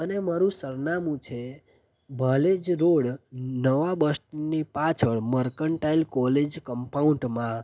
અને મારું સરનામું છે ભલેજ રોડ નવાં બસસ્ટેન્ડની પાછળ મર્કન્ટાઇલ કોલેજ કમ્પાઉન્ડમાં